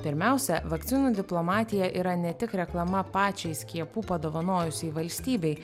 pirmiausia vakcinų diplomatija yra ne tik reklama pačiai skiepų padovanojusiai valstybei